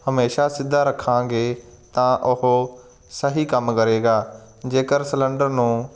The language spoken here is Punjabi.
ਹਮੇਸ਼ਾ ਸਿੱਧਾ ਰੱਖਾਂਗੇ ਤਾਂ ਉਹ ਸਹੀ ਕੰਮ ਕਰੇਗਾ ਜੇਕਰ ਸਿਲੰਡਰ ਨੂੰ